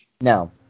No